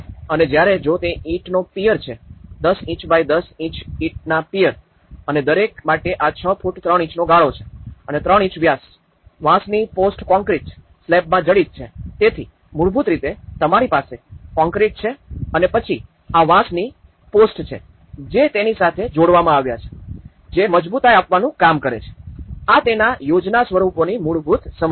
અને જ્યારે જો તે ઇંટનો પિયર છે ૧૦ ઇંચ બાય ૧૦ ઇંચ ઇંટના પિયર અને દરેક માટે આ ૬ ફુટ ૩ ઇંચનો ગાળો છે અને ૩ ઇંચ વ્યાસ વાંસની પોસ્ટ કોંક્રિટ સ્લેબમાં જડિત છે તેથી મૂળભૂત રીતે તમારી પાસે કોંક્રિટ છે અને પછી આ વાંસની પોસ્ટ છે જે તેની સાથે જોડવામાં આવ્યાં છે જે મજબૂતાઈ આપવાનું કામ કરે છે આ તેનાં યોજના સ્વરૂપોની મૂળભૂત સમજ છે